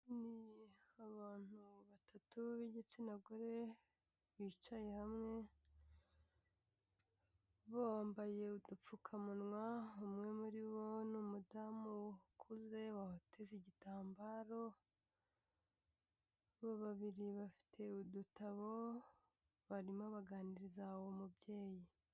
Ni abantu batatu b'igitsina gore bicaye hamwe, bo bambaye udupfukamunwa umwe muri bo ni umudamu ukuze uteze igitambaro. Babiri bafite udutabo barimo baganiriza uwo mubyeyi.